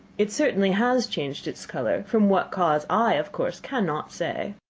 it certainly has changed its colour. from what cause i, of course, cannot say.